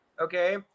okay